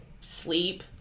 sleep